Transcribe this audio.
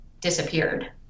disappeared